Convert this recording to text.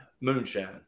moonshine